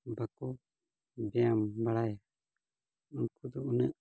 ᱵᱟᱠᱚ ᱵᱮᱭᱟᱢ ᱵᱟᱲᱟᱭᱟ ᱩᱱᱠᱩ ᱫᱚ ᱩᱱᱟᱹᱜ